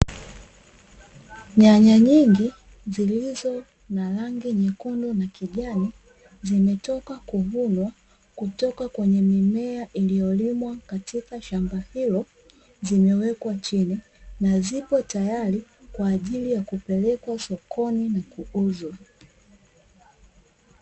Nyanya nyingi zilizo na rangi nyekundu na kijani zimetoka kuvunwa, kutoka kwenye mimea iliyolimwa kwenye shamba hilo, zimewekwa chini na zipo tayari kwa ajili ya kupelekwa sokoni na kuuzwa.